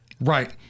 Right